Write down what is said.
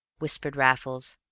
whispered raffles,